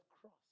cross